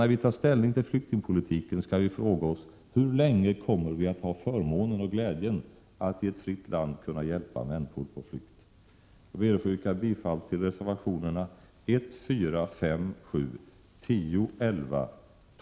När vi tar ställning till flyktingpolitiken skall vi fråga oss: Hur länge kommer vi att ha förmånen och glädjen att i ett fritt land kunna hjälpa människor på flykt?